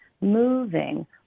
moving